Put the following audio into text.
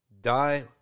die